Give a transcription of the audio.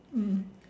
mm